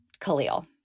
Khalil